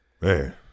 Man